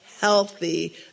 healthy